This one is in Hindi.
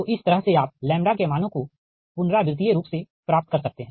तोइस तरह से आप के मानों को पुनरावृतिय रूप से प्राप्त कर सकते है